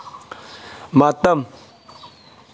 ꯃꯇꯝ